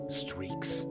streaks